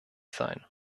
sein